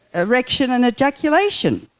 erection and ejaculation!